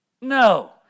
No